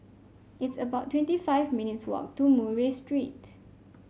it's about twenty five minutes' walk to Murray Street